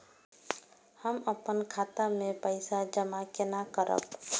हम अपन खाता मे पैसा जमा केना करब?